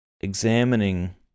examining